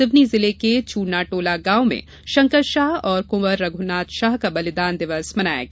सिवनी जिले के चूरनाटोला गांव में शंकर शाह और कुंवर रघुनाथ शाह का बलिदान दिवस मनाया गया